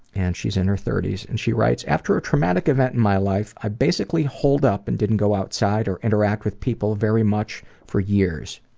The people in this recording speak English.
and she's in her thirty s and she writes, after a traumatic event in my life, i basically holed up and didn't go outside or interact with people very much for years.